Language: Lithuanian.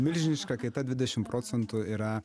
milžiniška kaita dvidešim procentų yra